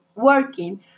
Working